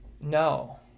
no